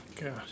God